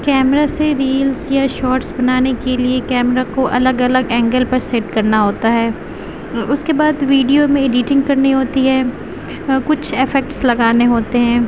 camera سے reels یا shorts بنانے کے لیے کیمرا کو الگ الگ اینگل پر سیٹ کرنا ہوتا ہے اس کے بعد ویڈیو میں ایڈیٹنگ کرنی ہوتی کچھ افیکٹس لگانے ہوتے ہیں